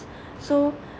so